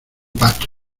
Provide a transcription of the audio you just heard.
pato